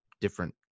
different